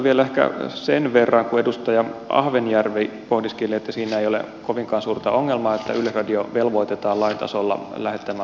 uskonnonvapaudesta vielä ehkä kun edustaja ahvenjärvi pohdiskeli että siinä ei ole kovinkaan suurta ongelmaa että yleisradio velvoitetaan lain tasolla lähettämään hartausohjelmia